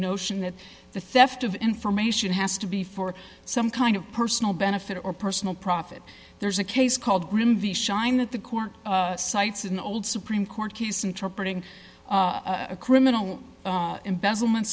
notion that the theft of information has to be for some kind of personal benefit or personal profit there's a case called the shine that the court cites an old supreme court case interpreting a criminal embezzlement